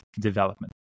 development